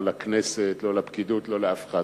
לא לכנסת, לא לפקידות ולא לאף אחד.